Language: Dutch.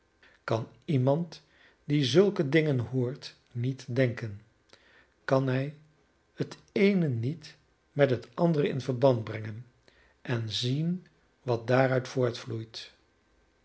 kan iemand die zulke dingen hoort niet denken kan hij het eene niet met het andere in verband brengen en zien wat daaruit voortvloeit